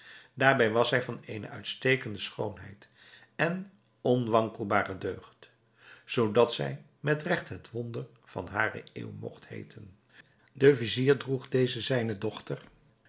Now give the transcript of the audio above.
daarbij was zij van eene uitstekende schoonheid en onwankelbare deugd zoodat zij met regt het wonder van hare eeuw mogt heeten de vizier droeg deze zijne dochter